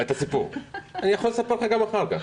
אני יכול לספר לך אותו גם אחר כך.